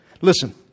Listen